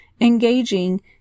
Engaging